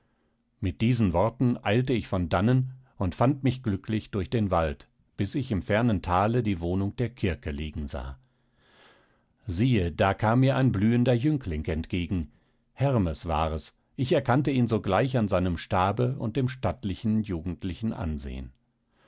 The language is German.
mit diesen worten eilte ich von dannen und fand mich glücklich durch den wald bis ich im fernen thale die wohnung der kirke liegen sah siehe da kam mir ein blühender jüngling entgegen hermes war es ich erkannte ihn sogleich an seinem stabe und dem stattlichen jugendlichen ansehen